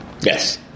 Yes